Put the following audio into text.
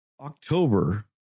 October